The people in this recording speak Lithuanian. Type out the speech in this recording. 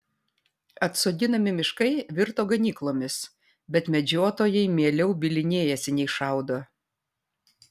atsodinami miškai virto ganyklomis bet medžiotojai mieliau bylinėjasi nei šaudo